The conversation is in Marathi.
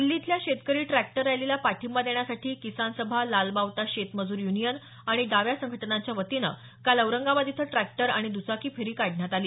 दिल्ली इथल्या शेतकरी ट्रॅक्टर रॅलीला पाठिंबा देण्यासाठी किसान सभा लाल बावटा शेतमजूर युनियन आणि डाव्या संघटनांच्या वतीनं काल औरंगाबाद इथं ट्रॅक्टर आणि दुचाकी फेरी काढण्यात आली